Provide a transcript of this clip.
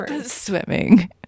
swimming